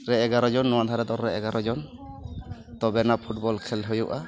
ᱨᱮ ᱮᱜᱟᱨᱚ ᱡᱚᱱ ᱱᱚᱣᱟ ᱫᱷᱟᱨᱮ ᱫᱚᱞ ᱨᱮ ᱮᱜᱟᱨᱚ ᱡᱚᱱ ᱛᱚᱵᱮᱱᱟ ᱯᱷᱩᱴᱵᱚᱞ ᱦᱩᱭᱩᱜᱼᱟ